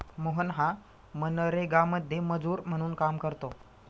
मोहन हा मनरेगामध्ये मजूर म्हणून काम करतो